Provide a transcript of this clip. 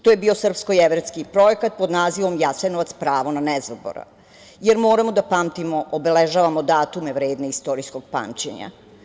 To je bio srpsko-jevrejski projekat pod nazivom „Jasenovac - pravo na nezaborav“, jer moramo da pamtimo, obeležavamo datume vredne istorijskog pamćenja.